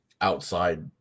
outside